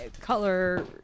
color